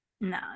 No